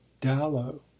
dallow